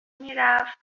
میرفت